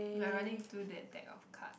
we're running through that deck of card